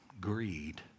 Greed